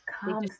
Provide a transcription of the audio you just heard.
come